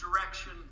direction